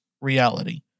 reality